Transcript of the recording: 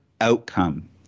outcome